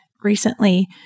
recently